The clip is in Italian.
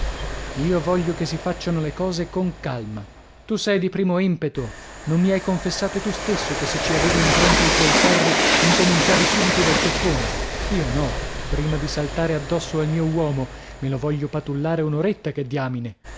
io voglio che si facciano le cose con calma tu sei di primo impeto non mi hai confessato tu stesso che se ci avevi in pronto i tuoi ferri incominciavi subito dal ceffone io no prima di saltare addosso al mio uomo me lo voglio patullare un'oretta che diamine